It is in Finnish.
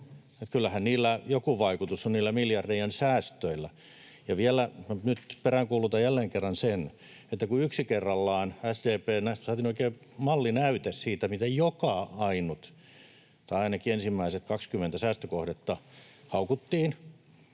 joku vaikutus on. Ja vielä nyt peräänkuulutan jälleen kerran sitä, että kun SDP:stä yksi kerrallaan — saatiin oikein mallinäyte siitä — joka ainut tai ainakin ensimmäiset 20 säästökohdetta haukuttiin,